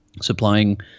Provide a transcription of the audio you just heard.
supplying